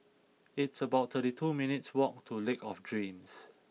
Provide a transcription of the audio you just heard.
it's about thirty two minutes' walk to Lake of Dreams